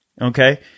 Okay